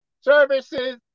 services